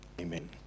Amen